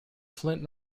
flint